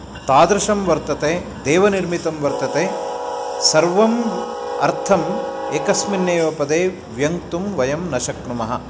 तादृशं वर्तते देवनिर्मितं वर्तते सर्वम् अर्थम् एकस्मिन्नेव पदे व्यङ्क्तुं वयं न शक्नुमः